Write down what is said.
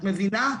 את מבינה?